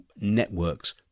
networks